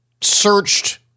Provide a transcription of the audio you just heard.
searched